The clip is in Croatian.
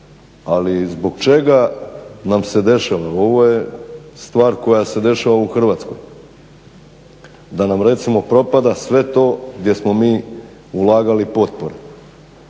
ali zbog čega nam se dešava. Ovo je stvar koja se dešava u Hrvatskoj, da nam recimo propada sve to gdje smo mi ulagali potpore.